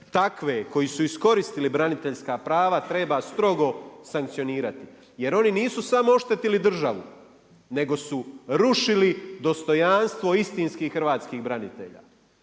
Takve koji su iskoristili braniteljska prava treba strogo sankcionirati jer oni su samo oštetili državu nego su rušili dostojanstvo istinskih hrvatskih branitelja